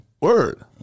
word